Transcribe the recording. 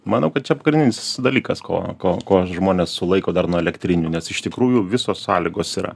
manau kad čia pagrindinis dalykas ko ko ko žmonės sulaiko dar nuo elektrinių nes iš tikrųjų visos sąlygos yra